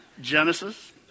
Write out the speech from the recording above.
Genesis